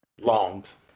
Longs